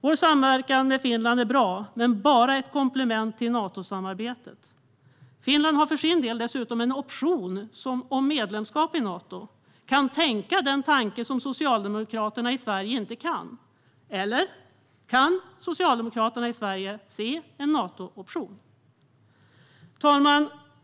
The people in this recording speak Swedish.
Vår samverkan med Finland är bra men bara ett komplement till Natosamarbetet. Finland har för sin del dessutom en option om medlemskap i Nato och kan tänka den tanke som Socialdemokraterna i Sverige inte kan. Eller kan Socialdemokraterna i Sverige se en Natooption? Fru talman!